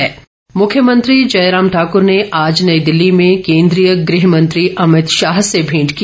मेंट मुख्यमंत्री जयराम ठाकर ने आज नई दिल्ली में केन्द्रीय गृह मंत्री अभित शाह से भेंट की